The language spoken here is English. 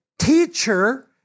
Teacher